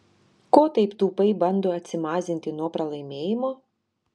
ko taip tūpai bando atsimazinti nuo pralaimėjimo